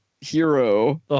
hero